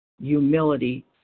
humility